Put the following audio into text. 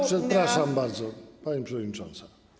Przepraszam bardzo, pani przewodnicząca.